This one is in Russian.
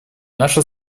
наша